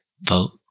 Vote